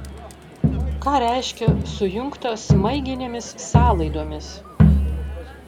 ką reiškia sujungta smaiginėmis sąlaidomis